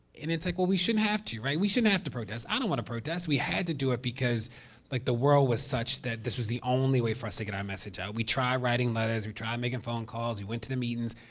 and it's like, well, we shouldn't have to, right? we shouldn't have to protest. i don't want to protest. we had to do it because like, the world was such that this was the only way for us to get our message out. we tried writing letters. we tried making phone calls. we went to the meetings.